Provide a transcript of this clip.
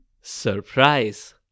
surprise